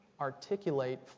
articulate